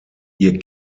ihr